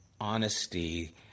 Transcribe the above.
honesty